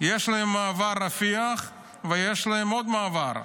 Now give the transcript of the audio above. יש להם את מעבר רפיח ויש להם עוד מעבר.